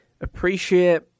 appreciate